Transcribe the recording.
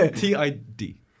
T-I-D